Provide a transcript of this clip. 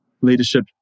leadership